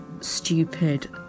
stupid